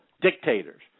dictators